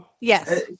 Yes